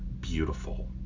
beautiful